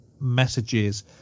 messages